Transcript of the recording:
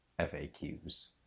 faqs